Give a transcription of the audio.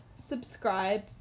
Subscribe